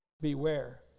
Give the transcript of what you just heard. Beware